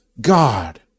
God